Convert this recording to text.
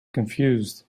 confused